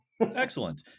excellent